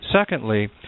Secondly